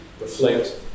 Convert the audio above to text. reflect